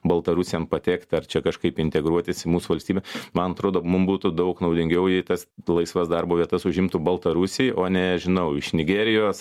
baltarusiam patekt ar čia kažkaip integruotis į mūsų valstybę man atrodo mum būtų daug naudingiau jei tas laisvas darbo vietas užimtų baltarusiai o nežinau iš nigerijos